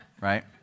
Right